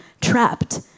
trapped